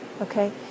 okay